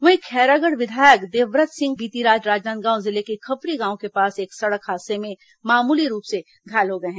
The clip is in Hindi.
वहीं खैरागढ़ विधायक देवव्रत सिंह का वाहन बीती रात राजनांदगांव जिले के खपरी गांव के पास एक सड़क हादसे में मामूली रूप से घायल हो गए हैं